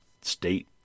state